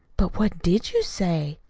but what did you say?